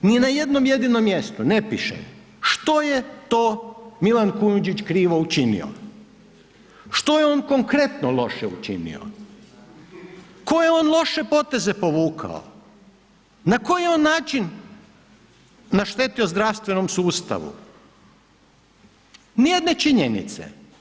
Ni na jednom jedinom mjestu ne piše što je to Milan Kujundžić krivo učinio, što je on konkretno loše učinio, koje je on loše poteze povukao, na koji je on način naštetio zdravstvenom sustavu, ni jedne činjenice.